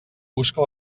busca